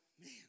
man